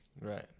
Right